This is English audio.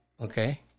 okay